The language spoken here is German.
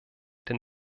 den